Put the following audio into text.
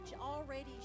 already